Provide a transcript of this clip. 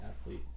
athlete